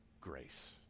grace